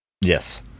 Yes